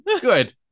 Good